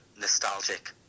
nostalgic